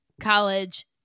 college